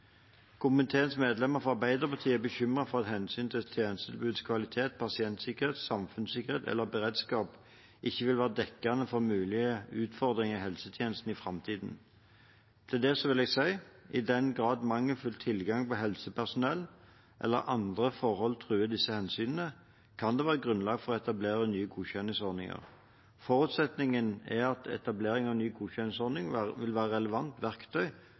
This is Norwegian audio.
Komiteens medlemmer fra Arbeiderpartiet er bekymret for at hensynet til tjenestetilbudets kvalitet, pasientsikkerhet, samfunnssikkerhet eller beredskap ikke vil være dekkende for mulige utfordringer i helsetjenesten i framtiden. Til det vil jeg si: I den grad mangelfull tilgang på helsepersonell eller andre forhold truer disse hensynene, kan det være grunnlag for å etablere nye godkjenningsordninger. Forutsetningen er at etablering av en ny godkjenningsordning vil være et relevant verktøy